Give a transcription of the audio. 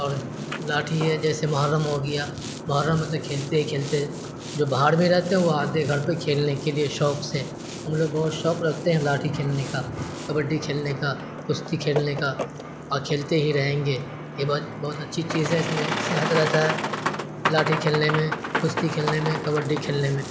اور لاٹھی ہے جیسے محرم ہو گیا محرم میں تو کھیلتے ہی کھیلتے جو باہر میں رہتے ہیں وہ آتے ہیں گھر پہ کھیلنے کے لیے شوق سے ہم لوگ بہت شوق رکھتے ہیں لاٹھی کھیلنے کا کبڈی کھیلنے کا کشتی کھیلنے کا اور کھیلتے ہی رہیں گے یہ بہت بہت اچھی چیز ہے اس میں صحت رہتا ہے لاٹھی کھیلنے میں کشتی کھیلنے میں کبڈی کھیلنے میں